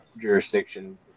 jurisdiction